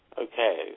Okay